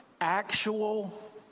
actual